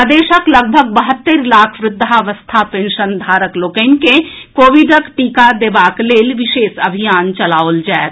प्रदेशक लगभग बहत्तरि लाख वृद्धावस्था पेंशनधारक लोकनि के कोविडक टीका देबाक लेल विशेष अभियान चलाओल जाएत